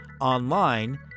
online